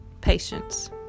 Patience